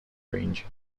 range